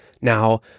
Now